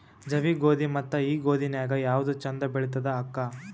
ಜವಿ ಗೋಧಿ ಮತ್ತ ಈ ಗೋಧಿ ನ್ಯಾಗ ಯಾವ್ದು ಛಂದ ಬೆಳಿತದ ಅಕ್ಕಾ?